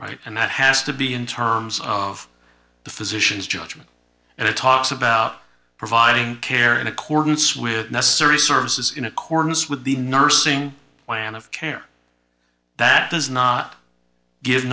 right and that has to be in terms of the physician's judgment and it talks about providing care in accordance with necessary services in accordance with the nursing plan of care that does not give